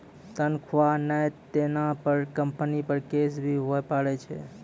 तनख्वाह नय देला पर कम्पनी पर केस भी हुआ पारै छै